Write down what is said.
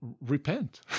repent